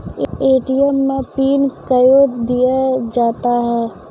ATM मे PIN कयो दिया जाता हैं?